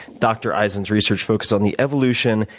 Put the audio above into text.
dr. eisen's research focus on the evolution,